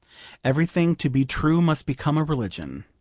every thing to be true must become a religion.